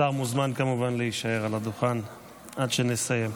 השר מוזמן כמובן להישאר על הדוכן עד שנסיים.